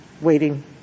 waiting